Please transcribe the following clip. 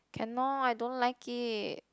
cannot I don't like it